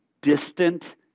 distant